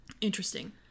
Interesting